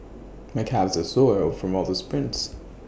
my calves are sore from all the sprints